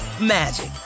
magic